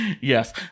Yes